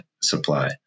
supply